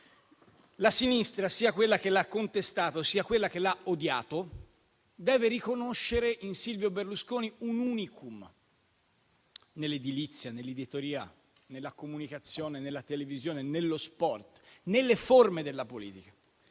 La sinistra, sia quella che lo ha contestato, sia quella che lo ha odiato, deve riconoscere in Silvio Berlusconi un *unicum* nell'edilizia, nell'editoria, nella comunicazione, nella televisione, nello sport, nelle forme della politica;